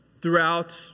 throughout